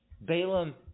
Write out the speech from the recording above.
Balaam